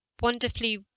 wonderfully